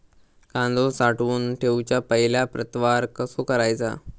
कांदो साठवून ठेवुच्या पहिला प्रतवार कसो करायचा?